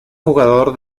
jugador